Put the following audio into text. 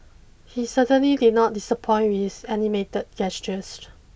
he certainly did not disappoint with animated gestures